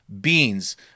Beans